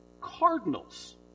cardinals